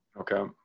Okay